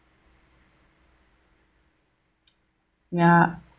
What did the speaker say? ya